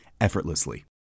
effortlessly